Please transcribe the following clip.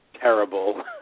terrible